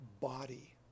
body